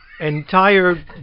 entire